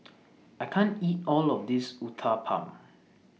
I can't eat All of This Uthapam